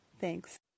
thanks